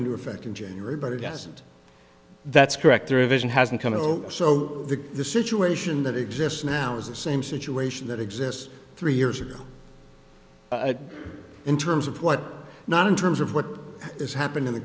into effect in january yes that's correct or a vision hasn't come in so the situation that exists now is the same situation that exists three years ago in terms of what not in terms of what has happened in the